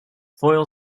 foil